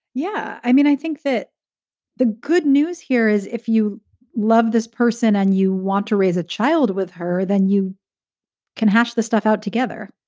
yeah. i mean, i think that the good news here is if you love this person and you want to raise a child with her, then you can hash this stuff out together.